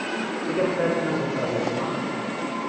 ठीक है सर तो मैं बुक कर देता हूँ